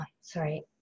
sorry